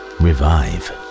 revive